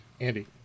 Andy